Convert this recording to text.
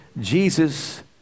Jesus